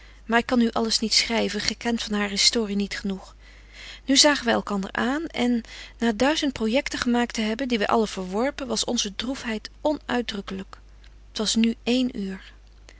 maar ik kan u alles niet schryven gy kent van hare historie niet genoeg nu zagen wy elkander aan en na duizend projecten gemaakt te hebben die wy allen verworpen was onze droefheid onuitdrukkelyk t was nu één uur